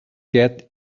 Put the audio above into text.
cat